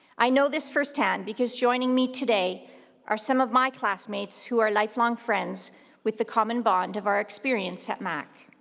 i know this firsthand because joining me today are some of my classmates who are lifelong friends with the common bond of our experience at mac.